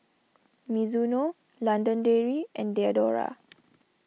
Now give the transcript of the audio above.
Mizuno London Dairy and Diadora